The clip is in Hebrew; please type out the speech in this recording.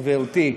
גברתי.